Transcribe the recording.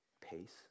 pace